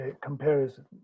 comparison